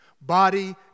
body